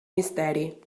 misteri